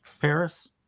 Paris